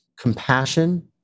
compassion